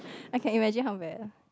I can imagine how bad